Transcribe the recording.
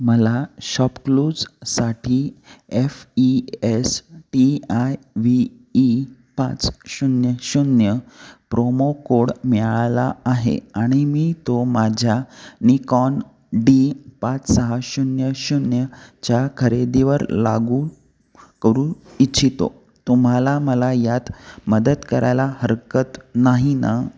मला शॉपक्लूजसाठी F E S T I V E पाच शून्य शून्य प्रोमो कोड मिळाला आहे आणि मी तो माझ्या निकॉन डी पाच सहा शून्य शून्य च्या खरेदीवर लागू करू इच्छितो तुम्हाला मला यात मदत करायला हरकत नाही ना